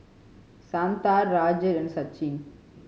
Santha Rajat and Sachin